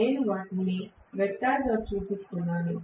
నేను వాటిని వెక్టార్గా చూపిస్తున్నాను